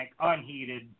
unheated